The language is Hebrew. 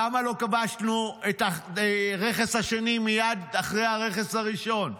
למה לא כבשנו את הרכס השני מייד אחרי הרכס הראשון?